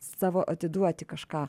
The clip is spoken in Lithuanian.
savo atiduoti kažką